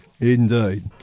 Indeed